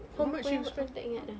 berapa aku ah aku tak ingat ah